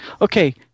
okay